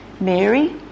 Mary